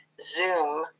Zoom